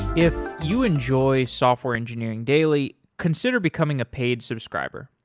if you enjoy software engineering daily, consider becoming a paid subscriber.